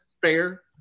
fair